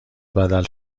بدل